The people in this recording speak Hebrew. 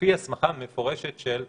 לפי הסמכה מפורשת של המחוקק.